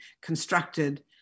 constructed